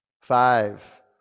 Five